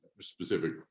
specific